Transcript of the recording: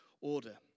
order